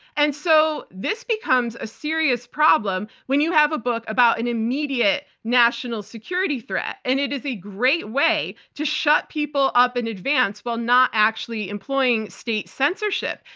and so this becomes a serious problem when you have a book about an immediate national security threat, and it is a great way to shut people up in advance while not actually employing state censorship.